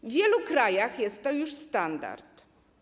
W wielu krajach jest to już standard.